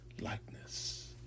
likeness